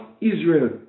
israel